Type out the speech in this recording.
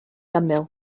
ymyl